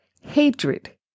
hatred